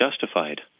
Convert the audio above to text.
justified